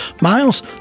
Miles